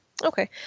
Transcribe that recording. Okay